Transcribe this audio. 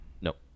Nope